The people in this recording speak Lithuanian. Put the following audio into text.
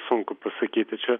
sunku pasakyti čia